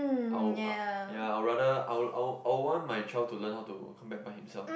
oh ya I would rather I would I would I would want my child to learn how to come back by himself